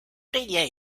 did